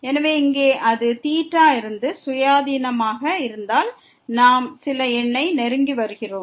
எனவே இங்கே அது ல் இருந்து சுயாதீனமாக இருந்தால் நாம் சில எண்ணை நெருங்கி வருகிறோம்